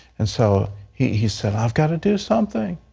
and so he he said, i've got to do something.